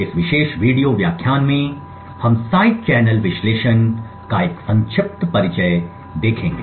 इस विशेष वीडियो व्याख्यान में हम साइड चैनल विश्लेषण का एक संक्षिप्त परिचय देखगे